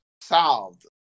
solved